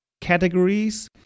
categories